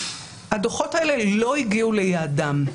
הדוחות האלה לא הגיעו ליעדם.